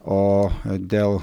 o dėl